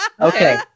Okay